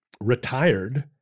retired